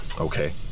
Okay